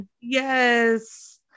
Yes